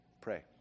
pray